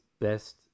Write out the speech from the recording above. best